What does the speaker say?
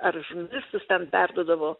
ar žurnalistus ten perduodavo